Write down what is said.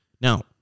now